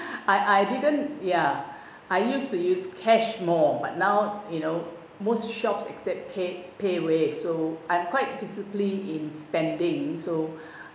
I I didn't ya I used to use cash more but now you know most shops accept ca~ paywave so I quite disciplined in spending so